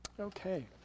okay